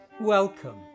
Welcome